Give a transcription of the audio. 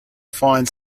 find